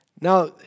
Now